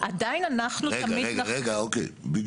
עדיין אנחנו תמיד --- רגע, רגע, אוקיי.